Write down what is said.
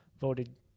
voted